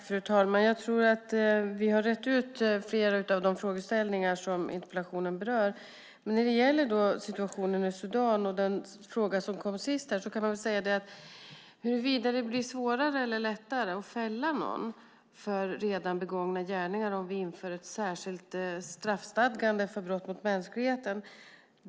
Fru talman! Jag tror att vi har rett ut flera av de frågeställningar som interpellationen berör. När det gäller situationen i Sudan och den fråga som kom sist här kan man väl säga att jag kanske inte ska ge mig in på huruvida det blir svårare eller lättare att fälla någon för redan begångna gärningar om vi inför ett särskilt straffstadgande för brott mot mänskligheten.